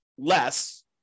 less